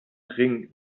ring